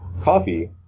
coffee